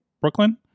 brooklyn